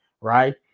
right